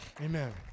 amen